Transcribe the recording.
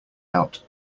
out